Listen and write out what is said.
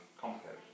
complicated